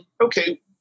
okay